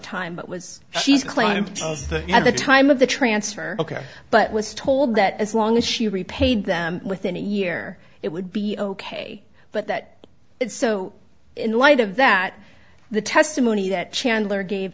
time but was she's claimed that at the time of the transfer ok but was told that as long as she repaid them within a year it would be ok but that it so in light of that the testimony that chandler gave